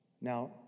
Now